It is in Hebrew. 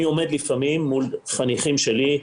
אני עומד לפעמים מול חניכים שלי,